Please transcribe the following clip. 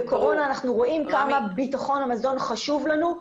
בקורונה אנחנו רואים כמה ביטחון המזון חשוב לנו.